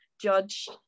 judge